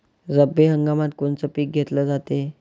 रब्बी हंगामात कोनचं पिक घेतलं जाते?